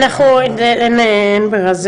אין ברירה.